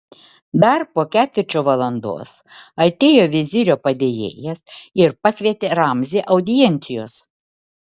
dar po ketvirčio valandos atėjo vizirio padėjėjas ir pakvietė ramzį audiencijos